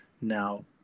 now